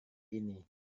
ini